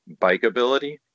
bikeability